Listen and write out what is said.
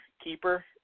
keeper